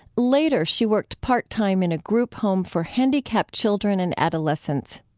later, she worked part time in a group home for handicapped children and adolescents.